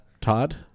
todd